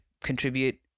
contribute